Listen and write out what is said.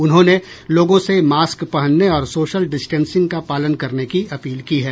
उन्होंने लोगों से मास्क पहनने और सोशल डिस्टेंसिंग का पालन करने की अपील की है